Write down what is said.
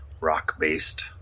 rock-based